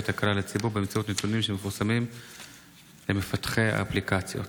הקלה לציבור באמצעות נתונים שמפורסמים למפתחי האפליקציות?